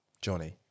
Johnny